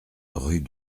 rue